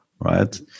right